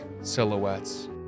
silhouettes